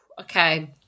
Okay